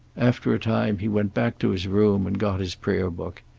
after a time he went back to his room and got his prayer-book.